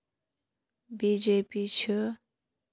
B J P چھِ